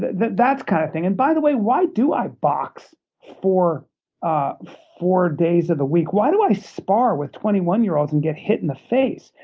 the the kind of thing. and by the way, why do i box for ah four days of the week? why do i spar with twenty one year olds and get hit in the face?